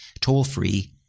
toll-free